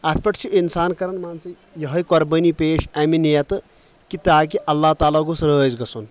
اتھ پٮ۪ٹھ چھُ انسان کران مان ژٕ یہے قۄربٲنی پیش امہِ نیتہٕ کہِ تاکہِ اللہ تعالیٰ گژھہِ گوٚژھ رٲضۍ گژھُن